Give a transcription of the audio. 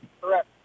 Correct